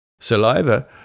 Saliva